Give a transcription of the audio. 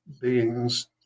beings